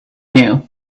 knew